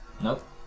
nope